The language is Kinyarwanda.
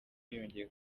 yongeye